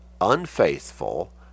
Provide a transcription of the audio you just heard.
unfaithful